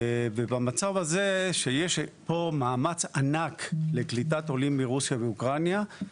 יש פה מאמץ ענק לקליטת עולים מרוסיה ואוקראינה,